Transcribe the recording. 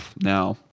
Now